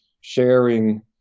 sharing